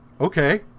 okay